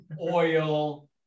oil